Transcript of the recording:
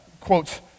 quotes